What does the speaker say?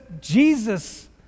Jesus